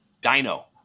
Dino